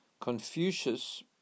Confucius